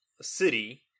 city